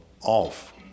off